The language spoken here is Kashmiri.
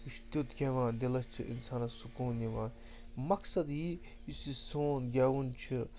یہِ چھِ تیُتھ گٮ۪وان دِلَس چھِ اِنسانَس سکوٗن یِوان مقصَد یی یُس یہِ سون گٮ۪وُن چھِ